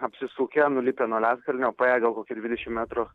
apsisukę nulipę nuo ledkalnio paėję gal kokį dvidešimt metrų